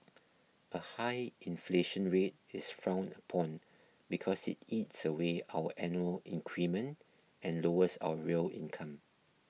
a high inflation rate is frowned upon because it eats away our annual increment and lowers our real income